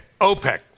OPEC